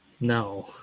No